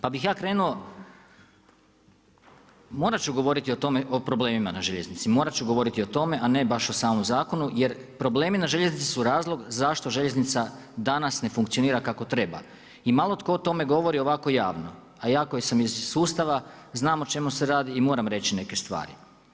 Pa bih ja krenuo, morat ću govoriti o problemima na željeznici, morat ću govoriti o tome, a ne baš o samom zakonu jer problemi na željeznici su razlog zašto željeznica danas ne funkcionira kako treba i malo tko o tome govori ovako javno, a ja koji sam iz sustava, znam o čemu se radi i moram reći neke stvari.